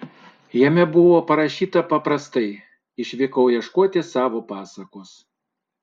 jame buvo parašyta paprastai išvykau ieškoti savo pasakos